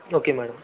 okay madam